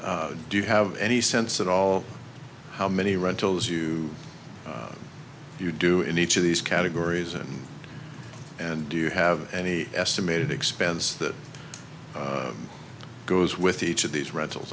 do you have any sense at all how many rentals you you do in each of these categories and do you have any estimated expense that goes with each of these rental